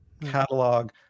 catalog